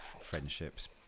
friendships